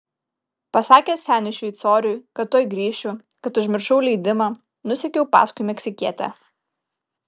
pasakęs seniui šveicoriui kad tuoj grįšiu kad užmiršau leidimą nusekiau paskui meksikietę